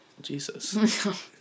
Jesus